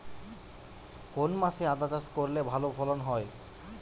কোন মাসে আদা চাষ করলে ভালো ফলন হয়?